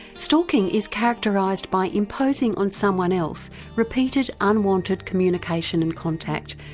stalking is characterised by imposing on someone else repeated, unwanted communication and contact,